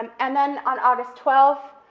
um and then on august twelfth,